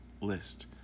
list